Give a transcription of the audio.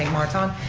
martin,